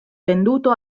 venduto